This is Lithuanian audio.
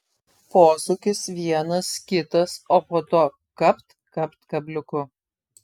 posūkis vienas kitas o po to kapt kapt kabliuku